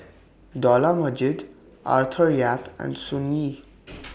Dollah Majid Arthur Yap and Sun Yee